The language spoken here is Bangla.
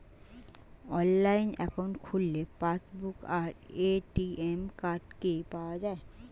অনলাইন অ্যাকাউন্ট খুললে পাসবুক আর এ.টি.এম কার্ড কি পাওয়া যায়?